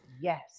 yes